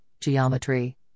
geometry